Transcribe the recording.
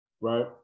right